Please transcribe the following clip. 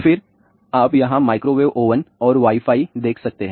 फिर आप यहां माइक्रोवेव ओवन और वाई फाई देख सकते हैं